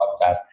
podcast